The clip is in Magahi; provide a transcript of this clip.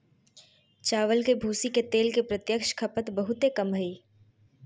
चावल के भूसी के तेल के प्रत्यक्ष खपत बहुते कम हइ